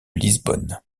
lisbonne